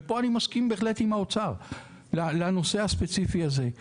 ועל הנושא הספציפי הזה אני מסכים עם האוצר.